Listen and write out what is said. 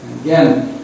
Again